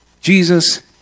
Jesus